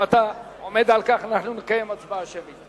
אם אתה עומד על כך, אנחנו נקיים הצבעה שמית.